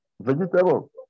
vegetable